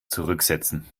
zurücksetzen